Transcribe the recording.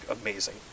amazing